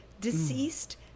deceased